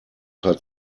hat